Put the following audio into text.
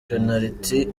penaliti